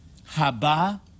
haba